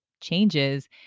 changes